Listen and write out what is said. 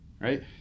right